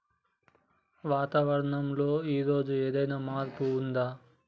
వాతావరణం లో ఈ రోజు ఏదైనా మార్పు ఉందా?